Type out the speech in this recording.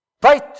Fight